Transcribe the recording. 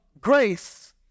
grace